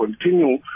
continue